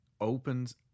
opens